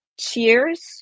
cheers